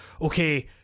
okay